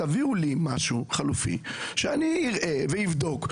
תביאו לי משהו חלופי שאני אראה ואבדוק.